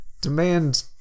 demand